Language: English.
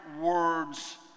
words